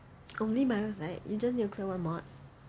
only bio psych you just need to clear one mod